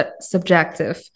subjective